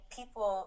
people